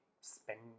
spend